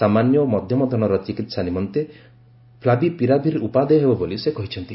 ସାମାନ୍ୟ ଓ ମଧ୍ୟମ ଧରଣର ଚିକିତ୍ସା ନିମନ୍ତେ ଫ୍ଲାଭିପିରାଭିର୍ ଉପାଦେୟ ହେବ ବୋଲି ସେ କହିଛନ୍ତି